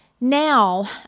Now